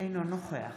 אינו נוכח